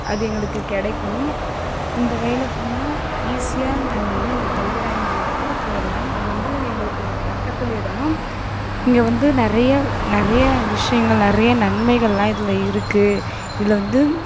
அது எங்களுக்கு கிடைக்கும் இந்த வழியில் போனால் ஈஸியாக நாங்கள் வந்து அந்த கல்வராயன் மலைக்குப் போயிடலாம் இது வந்து எங்களுக்கு பக்கத்திலே தான் இங்கே வந்து நிறைய நிறைய விஷயங்கள் நிறைய நன்மைகள்லாம் இதில் இருக்குது இதில் வந்து